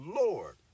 Lord